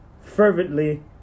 fervently